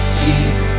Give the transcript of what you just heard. keep